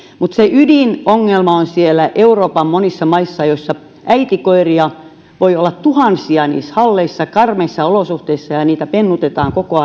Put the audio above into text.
mutta se ydinongelma on monissa euroopan maissa joissa äitikoiria voi olla tuhansia niissä halleissa karmeissa olosuhteissa ja ja niitä pennutetaan koko